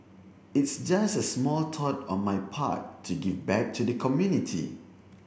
it's just a small thought on my part to give back to the community